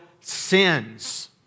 sins